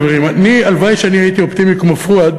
חברים: הלוואי שאני הייתי אופטימי כמו פואד